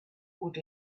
would